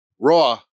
Raw